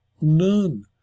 none